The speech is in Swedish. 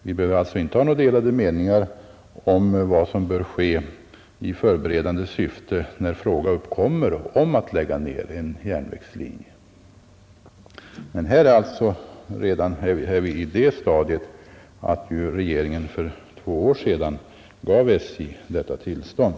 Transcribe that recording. Vi behöver alltså inte ha några delade meningar om vad som bör ske i förberedande syfte när frågan uppkommer att lägga ner en järnvägslinje, men här är vi alltså redan i det stadiet att regeringen för två år sedan gav SJ detta tillstånd.